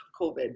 COVID